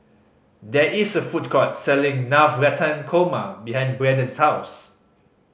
there is a food court selling Navratan Korma behind Braden's house